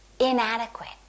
inadequate